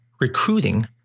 recruiting